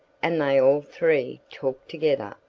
and they all three talked together,